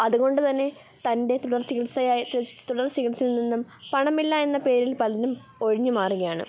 അതുകൊണ്ട് തന്നെ തൻ്റെ തുടർ ചികിത്സയായ തുടർ ചികിത്സയിൽ നിന്നും പണമില്ല എന്ന പേരിൽ പലരും ഒഴിഞ്ഞ് മാറുകയാണ്